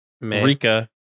rika